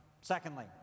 Secondly